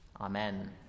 Amen